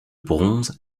bronze